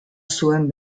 zuen